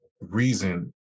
reason